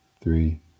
three